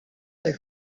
they